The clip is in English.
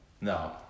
No